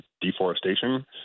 deforestation